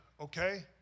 okay